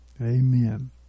Amen